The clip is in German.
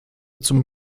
zum